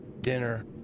dinner